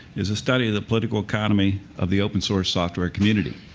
is a study of the political economy of the open source software community.